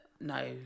No